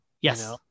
Yes